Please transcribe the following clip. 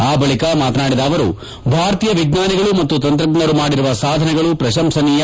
ಆ ಬಳಿಕ ಮಾತನಾಡಿದ ಅವರು ಭಾರತೀಯ ವಿಜ್ವಾನಿಗಳು ಮತ್ತು ತಂತ್ರಜ್ಞರು ಮಾಡಿರುವ ಸಾಧನೆಗಳು ಪ್ರತಂಸನೀಯ